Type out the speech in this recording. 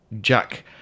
Jack